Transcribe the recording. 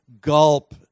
Gulp